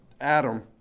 Adam